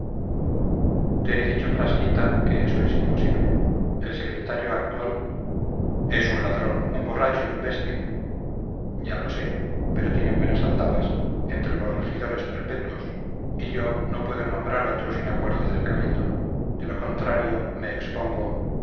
he dicho frasquita que eso es imposible el secretario actual es un ladrón un borracho y un bestia ya lo sé pero tiene buenas aldabas entre los regidores perpetuos y yo no puedo nombrar otro sin acuerdo del cabildo de lo contrario me expongo